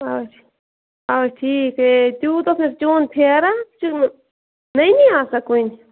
اَچھا اَچھا ٹھیٖک اَے تیٛوٗت اوس نہٕ اَسہِ چوٗن پھیران چوٕ نٔنی اسان کُنہِ